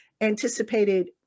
anticipated